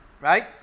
Right